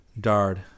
Dard